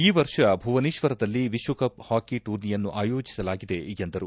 ಈ ವರ್ಷ ಭುವನೇಶ್ವರದಲ್ಲಿ ವಿಶ್ವಕವ್ ಹಾಕಿ ಟೂರ್ನಿಯನ್ನು ಆಯೋಜಿಸಲಾಗಿದೆ ಎಂದರು